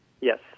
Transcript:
Yes